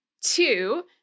Two